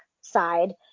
side